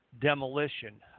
demolition